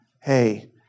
hey